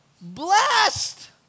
blessed